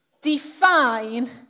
define